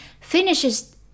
finishes